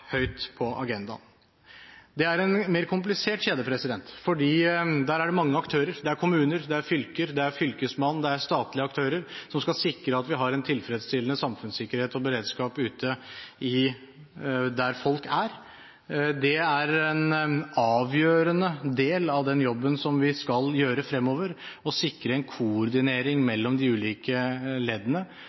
høyt på agendaen. Det er en mer komplisert kjede, for der er det mange aktører. Det er kommuner, det er fylker, det er fylkesmenn, og det er statlige aktører, som skal sikre at vi har en tilfredsstillende samfunnssikkerhet og beredskap ute der hvor folk er. En avgjørende del av den jobben vi skal gjøre fremover, er å sikre en koordinering mellom de ulike leddene